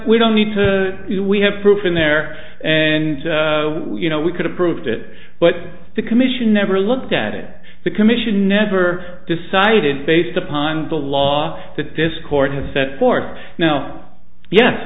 we don't need to you know we have proof in there and you know we couldn't prove it but the commission never looked at it the commission never decided based upon the law that this court had set forth now yes